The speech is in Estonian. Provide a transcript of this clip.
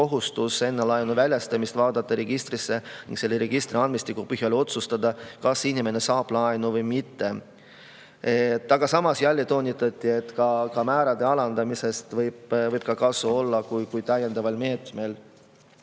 enne laenu väljastamist vaadata registrisse ning selle registri andmestiku põhjal otsustada, kas inimene saab laenu või mitte. Samas jälle toonitati, et ka määrade alandamisest kui täiendavast meetmest